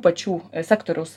pačių sektoriaus